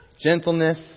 Gentleness